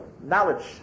knowledge